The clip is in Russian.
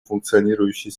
функционирующей